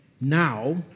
now